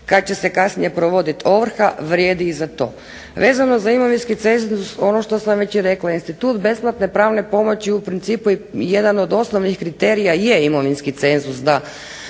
kada će se kasnije provoditi ovrha vrijedi i za to. Vezano za imovinski cenzus, ono što sam već rekla, institut besplatne pravne pomoći u principu jedan od osnovnih kriterija je imovinski cenzus,